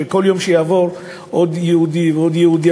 שכל יום שיעבור עוד יהודי ועוד יהודי,